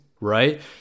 right